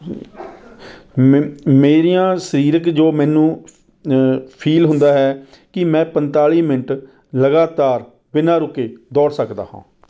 ਮ ਮੇਰੀਆਂ ਸਰੀਰਕ ਜੋ ਮੈਨੂੰ ਫੀਲ ਹੁੰਦਾ ਹੈ ਕਿ ਮੈਂ ਪੰਤਾਲੀ ਮਿੰਟ ਲਗਾਤਾਰ ਬਿਨ੍ਹਾਂ ਰੁਕੇ ਦੌੜ ਸਕਦਾ ਹਾਂ